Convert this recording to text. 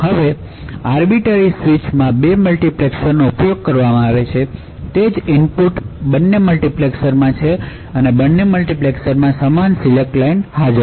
હવે arbiter switch માં બે મલ્ટિપ્લેક્સર્સનો ઉપયોગ કરવામાં આવે છે તે જ ઇનપુટ બંને મલ્ટિપ્લેક્સર્સમાં છે અને બંને મલ્ટિપ્લેક્સર્સમાં સમાન સિલેક્ટ લાઇન હોય છે